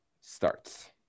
starts